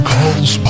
Calls